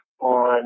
on